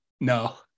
No